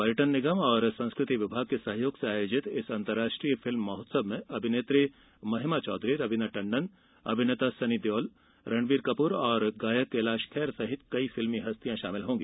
पर्यटन निगम एवं संस्कृति विभाग के सहयोग से आयोजित अंतर्राष्ट्रीय फिल्म महोत्सव में अभिनेत्री महिमा चौधरी रवीना टंडन अभिनेता सनी देओल रणबीर कपूर गायक कैलाश खेर सहित कई फिल्मी हस्तियां शामिल होंगी